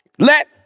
Let